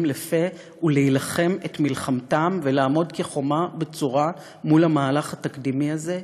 לפה ולהילחם את מלחמתם ולעמוד כחומה בצורה מול המהלך התקדימי הזה,